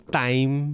time